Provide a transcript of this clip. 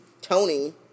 Tony